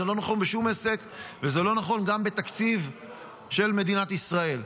זה לא נכון בשום עסק וזה לא נכון גם בתקציב של מדינת ישראל.